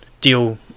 deal